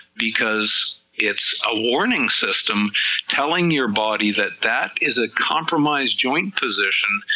because it's a warning system telling your body that that is a compromised joint position,